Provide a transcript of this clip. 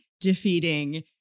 defeating